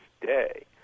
day